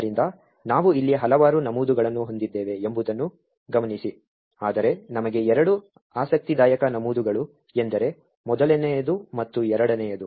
ಆದ್ದರಿಂದ ನಾವು ಇಲ್ಲಿ ಹಲವಾರು ನಮೂದುಗಳನ್ನು ಹೊಂದಿದ್ದೇವೆ ಎಂಬುದನ್ನು ಗಮನಿಸಿ ಆದರೆ ನಮಗೆ ಎರಡು ಆಸಕ್ತಿದಾಯಕ ನಮೂದುಗಳು ಎಂದರೆ ಮೊದಲನೆಯದು ಮತ್ತು ಎರಡನೆಯದು